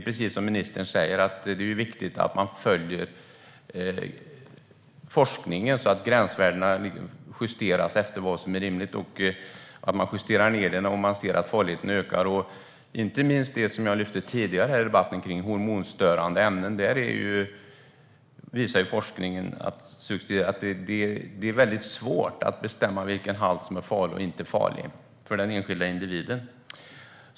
Precis som ministern säger är det viktigt att vi följer forskningen så att gränsvärdena justeras och sänks om farligheten ökar. Det gäller inte minst det jag lyfte upp tidigare om hormonstörande ämnen. Här visar forskningen att det är svårt att bestämma vilken halt som är farlig eller ofarlig för enskilda individer.